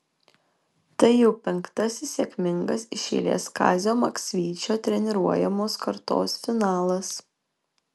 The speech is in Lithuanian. tai jau penktasis sėkmingas iš eilės kazio maksvyčio treniruojamos kartos finalas